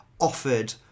offered